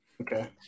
Okay